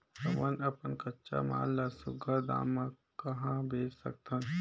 हमन अपन कच्चा माल ल सुघ्घर दाम म कहा बेच सकथन?